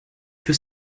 que